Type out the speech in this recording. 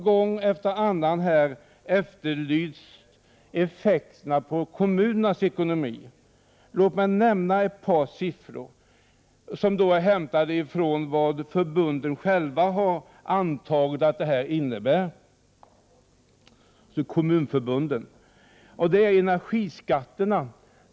Gång efter annan har effekterna på kommunernas ekonomi efterlysts. Låt mig nämna ett par siffror, som är hämtade från Kommunförbundens egna antaganden om vad detta innebär. Det är 210 miljoner för energiskatterna.